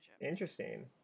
interesting